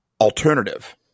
alternative